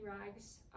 rags